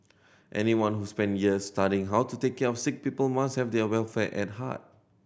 anyone who spend years studying how to take care of sick people must have their welfare at heart